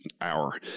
hour